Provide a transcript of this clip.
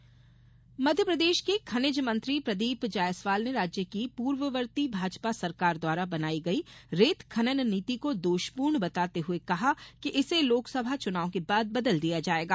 खनन नीति मध्यप्रदेश के खनिज मंत्री प्रदीप जायसवाल ने राज्य की पूर्ववर्ती भाजपा सरकार द्वारा बनाई गई रेत खनन नीति को दोष पूर्ण बताते हुए कहा कि इसे लोकसभा चुनाव के बाद बदल दिया जायेगा